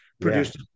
produced